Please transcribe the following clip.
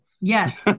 Yes